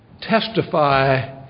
testify